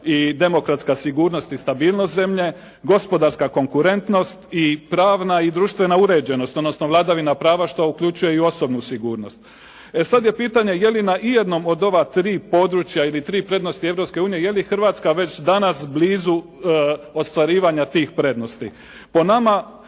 i demokratska sigurnost i stabilnost zemlje, gospodarska konkurentnost i pravna i društvena uređenost, odnosno vladavina prava što uključuje i osobnu sigurnost. E sada je pitanje je li na ijednom od ova tri područja ili tri prednosti Europske unije, je li Hrvatska već danas blizu ostvarivanja tih prednosti. Po nama ne treba